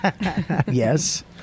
Yes